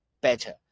better